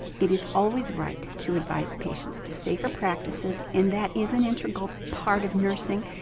it is always right to advise patients to safer practices, and that is an integral part of nursing.